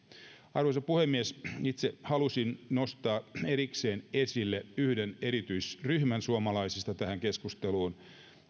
arvoisa puhemies itse halusin nostaa erikseen esille yhden erityisryhmän suomalaisista tähän keskusteluun